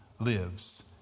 Lives